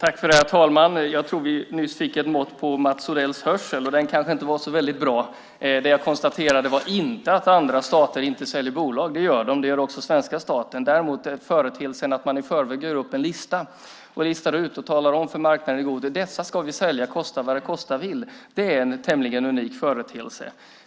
Herr talman! Jag tror att vi nyss fick ett mått på Mats Odells hörsel. Den kanske inte är så väldigt bra. Det jag konstaterade var inte att andra stater inte säljer bolag. Det gör de. Det gör också svenska staten. Däremot är företeelsen att i förväg göra upp en lista och tala om för marknaden att dessa ska vi sälja, kosta vad det kosta vill, en tämligen unik företeelse.